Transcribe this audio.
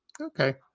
Okay